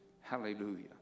hallelujah